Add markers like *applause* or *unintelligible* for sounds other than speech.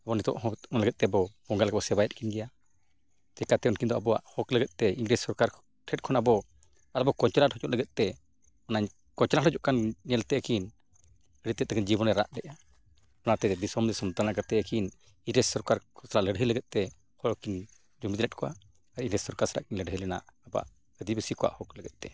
ᱱᱤᱛᱚᱜ ᱦᱚᱠ ᱞᱟᱹᱜᱤᱫ ᱛᱮᱵᱚ ᱵᱚᱸᱜᱟ ᱞᱮᱠᱟᱱᱵᱚᱱ ᱥᱮᱵᱟᱭᱮᱫ ᱠᱤᱱ ᱜᱮᱭᱟ ᱪᱤᱠᱟᱹᱛᱮ ᱩᱱᱠᱤᱱ ᱫᱚ ᱟᱵᱚᱣᱟᱜ ᱦᱚᱠ ᱞᱟᱹᱜᱤᱫ ᱛᱮ ᱤᱝᱨᱮᱹᱡᱽ ᱥᱚᱨᱠᱟᱨ ᱴᱷᱮᱡ ᱠᱷᱚᱱ ᱟᱵᱚ ᱟᱵᱚ *unintelligible* ᱦᱚᱪᱚ ᱞᱟᱹᱜᱤᱫ ᱛᱮ ᱚᱱᱟ ᱠᱚᱪᱞᱚᱱ ᱦᱩᱭᱩᱜ ᱠᱟᱱ ᱧᱮᱞ ᱛᱮ ᱟᱹᱠᱤᱱ ᱟᱹᱰᱤ ᱛᱮᱫ ᱜᱮ ᱡᱤᱵᱚᱱᱮ ᱨᱟᱜ ᱞᱮᱜᱼᱟ ᱚᱱᱟᱛᱮ ᱫᱤᱥᱚᱢ ᱫᱤᱥᱚᱢ ᱫᱟᱬᱟ ᱠᱟᱛᱮᱫ ᱠᱤᱱ ᱤᱝᱨᱮᱹᱡᱽ ᱥᱚᱨᱠᱟᱨ ᱠᱚ ᱥᱟᱶ ᱞᱟᱹᱲᱦᱟᱹᱭ ᱞᱟᱹᱜᱤᱫ ᱛᱮ ᱦᱚᱲ ᱦᱚᱸᱠᱤᱱ ᱡᱩᱢᱤᱫ ᱞᱮᱜ ᱠᱚᱣᱟ ᱟᱨ ᱤᱝᱨᱮᱹᱡᱽ ᱥᱚᱨᱠᱟᱨ ᱥᱟᱞᱟᱜ ᱠᱤᱱ ᱞᱟᱹᱲᱦᱟᱹᱭ ᱞᱮᱱᱟ ᱟᱵᱚᱣᱟᱜ ᱟᱹᱫᱤᱵᱟᱹᱥᱤ ᱠᱚᱣᱟᱜ ᱦᱚᱠ ᱞᱟᱹᱜᱤᱫ ᱛᱮ